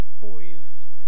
Boys